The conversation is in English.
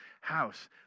house